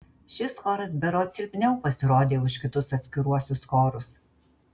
šis choras berods silpniau pasirodė už kitus atskiruosius chorus